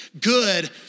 good